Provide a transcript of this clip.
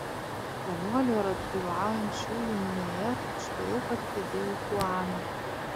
vienuolių ir atgailaujančiųjų minioje tučtuojau pastebėjau chuaną